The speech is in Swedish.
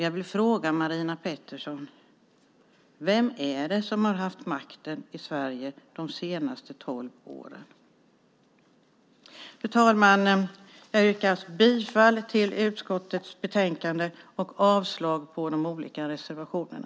Jag vill dock fråga Marina Pettersson: Vem är det som har haft makten i Sverige de senaste tolv åren? Fru talman! Jag yrkar alltså bifall till utskottets förslag i betänkandet och avslag på de olika reservationerna.